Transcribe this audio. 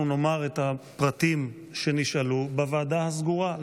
אנחנו נאמר את הפרטים שנשאלו בוועדה הסגורה,